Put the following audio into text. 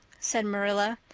said marilla.